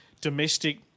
domestic